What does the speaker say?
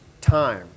time